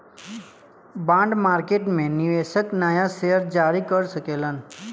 bond market में निवेशक नाया शेयर जारी कर सकेलन